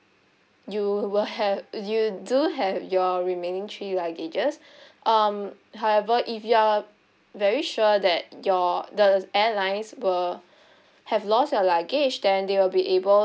you will have you do have your remaining three luggages um however if you're very sure that your the airlines were have lost your luggage then they will be able